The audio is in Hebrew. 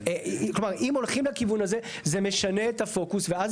אם הולכים לכיוון הזה זה משנה את הפוקוס ואז